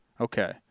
Okay